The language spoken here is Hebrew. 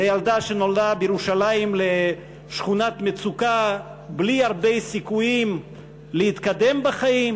לילדה שנולדה בירושלים בשכונת מצוקה בלי הרבה סיכויים להתקדם בחיים,